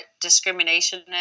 discrimination